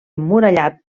emmurallat